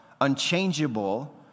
unchangeable